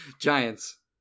Giants